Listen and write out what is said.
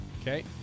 Okay